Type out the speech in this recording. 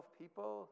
people